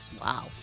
wow